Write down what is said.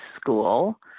school